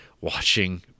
watching